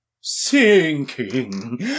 sinking